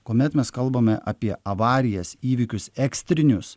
kuomet mes kalbame apie avarijas įvykius ekstrinius